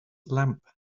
lamp